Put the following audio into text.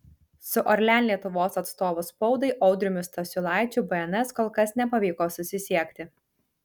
su orlen lietuvos atstovu spaudai audriumi stasiulaičiu bns kol kas nepavyko susisiekti